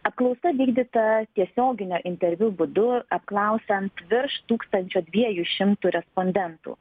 apklausa vykdyta tiesioginio interviu būdu apklausiant virš tūkstančio dviejų šimtų respondentų